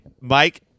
Mike